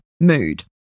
mood